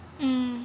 um